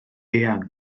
eang